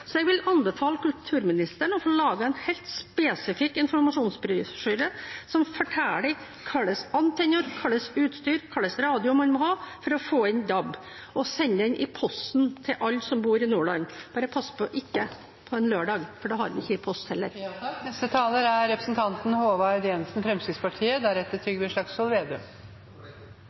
Jeg vil anbefale kulturministeren å få laget en helt spesifikk informasjonsbrosjyre som forteller hva slags antenne, utstyr og radio man må ha for å få inn DAB, og sende brosjyren i posten til alle som bor i Nordland. Pass bare på: ikke på en lørdag, for da har man ikke post heller.